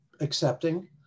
accepting